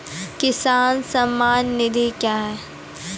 किसान सम्मान निधि क्या हैं?